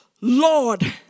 Lord